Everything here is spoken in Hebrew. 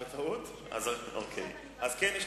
אדוני היושב-ראש,